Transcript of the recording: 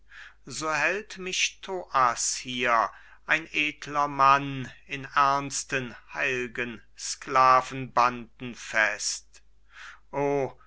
so hält mich thoas hier ein edler mann in ernsten heil'gen sklavenbanden fest o